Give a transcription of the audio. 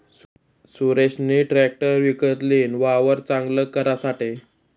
सुरेशनी ट्रेकटर विकत लीन, वावर चांगल करासाठे